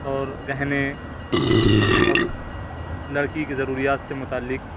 اور گہنے اور لڑکی کی ضروریات سے متعلق